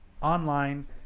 online